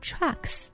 Trucks